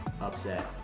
upset